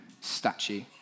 statue